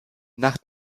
nach